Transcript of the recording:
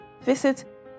visit